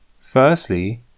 Firstly